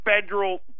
federal